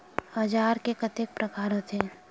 औजार के कतेक प्रकार होथे?